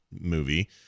movie